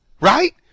Right